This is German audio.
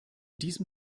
diesem